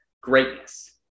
Greatness